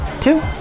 Two